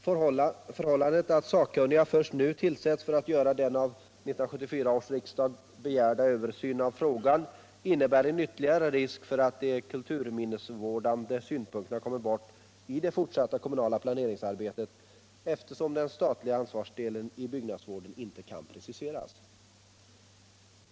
Det förhållandet att sakkunniga först nu tillsätts för att göra den av 1974 års riksdag begärda översynen av frågan innebär en ytterligare risk för att de kulturminnesvårdande synpunkterna kommer bort i det fortsatta kommunala planeringsarbetet, eftersom den statliga ansvarsdelen i byggnadsvården inte kan preciseras.